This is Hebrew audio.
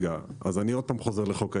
אני חוזר שוב לחוק ההסדרים,